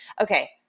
Okay